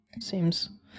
Seems